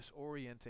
disorienting